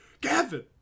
Gavin